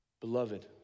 Beloved